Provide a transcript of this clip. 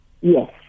Yes